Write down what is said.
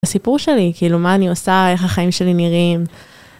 הסיפור שלי, כאילו מה אני עושה, איך החיים שלי נראים.